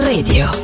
Radio